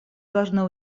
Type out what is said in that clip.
должны